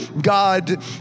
God